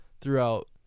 throughout